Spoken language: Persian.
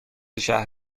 شهر